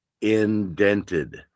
indented